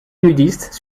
nudistes